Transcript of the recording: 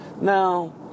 Now